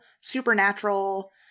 supernatural